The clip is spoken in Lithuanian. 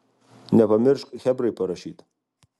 nepamiršk chebrai parašyt